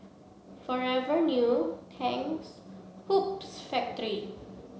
Forever New Tangs Hoops Factory